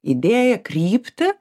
idėją kryptį